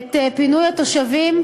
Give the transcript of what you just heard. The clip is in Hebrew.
את פינוי התושבים,